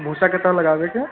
भूसा कतए लगाबे के